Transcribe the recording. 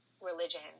religion